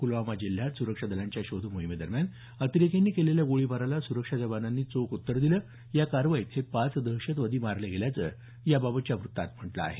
कुलगाम जिल्ह्यात सुरक्षा दलांच्या शोधमोहिमेदरम्यान अतिरेक्यांनी केलेल्या गोळीबाराला सुरक्षा जवानांनी चोख उत्तर दिलं या कारवाईत हे पाच दहशतवादी मारले गेल्याचं याबाबतच्या वृत्तात म्हटलं आहे